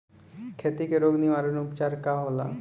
खेती के रोग निवारण उपचार का होला?